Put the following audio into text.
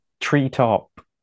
treetop